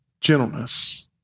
Gentleness